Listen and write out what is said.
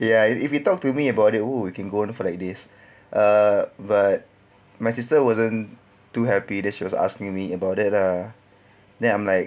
ya if you talk to me about it !woo! you can go on for like this ah but my sister wasn't too happy then she was asking me about it lah then I'm like